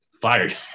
fired